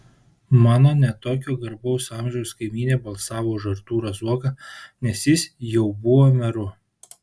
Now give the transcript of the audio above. mano ne tokio garbaus amžiaus kaimynė balsavo už artūrą zuoką nes jis jau buvo meru